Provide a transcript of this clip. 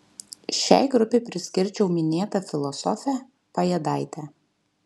šiai grupei priskirčiau minėtą filosofę pajėdaitę